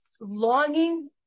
longing